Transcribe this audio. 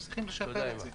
הן צריכות לשפר את זה.